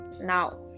Now